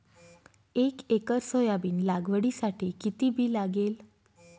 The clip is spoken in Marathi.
एक एकर सोयाबीन लागवडीसाठी किती बी लागेल?